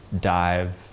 dive